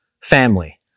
family